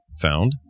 found